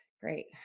Great